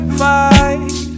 fight